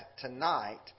tonight